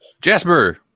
Jasper